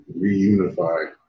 reunify